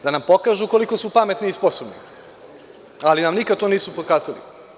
Da nam pokažu koliko su pametni i sposobni, ali nam to nikada nisu pokazali.